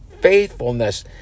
faithfulness